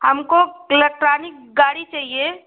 हमको इलेक्ट्रानिक गाड़ी चाहिए